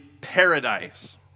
paradise